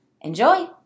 Enjoy